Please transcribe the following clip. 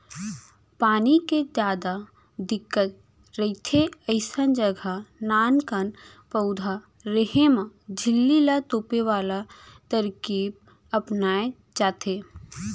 पानी के जादा दिक्कत रहिथे अइसन जघा नानकन पउधा रेहे म झिल्ली ल तोपे वाले तरकीब अपनाए जाथे